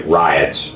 riots